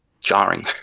jarring